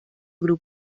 grupo